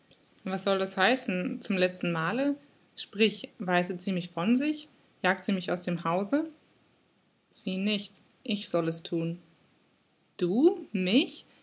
was soll das heißen zum letztenmale sprich weiset sie mich von sich jagt sie mich aus dem hause sie nicht ich soll es thun du mich